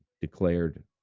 declared